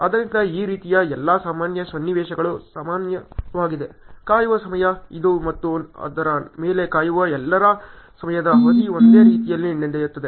ಆದ್ದರಿಂದ ಈ ರೀತಿಯ ಎಲ್ಲಾ ಸಾಮಾನ್ಯ ಸನ್ನಿವೇಶಗಳು ಸಾಮಾನ್ಯವಾಗಿದೇ ಕಾಯುವ ಸಮಯ ಇದು ಮತ್ತು ಅದರ ಮೇಲೆ ಕಾಯುವ ಎಲ್ಲರ ಸಮಯದ ಅವಧಿ ಒಂದೇ ರೀತಿಯಲ್ಲಿ ನಡೆಯುತ್ತದೆ